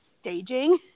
staging